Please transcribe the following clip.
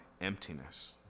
emptiness